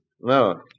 No